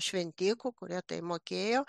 šventikų kurie tai mokėjo